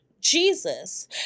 Jesus